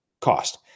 cost